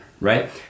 right